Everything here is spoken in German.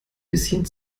bisschen